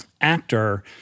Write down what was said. actor